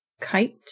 kite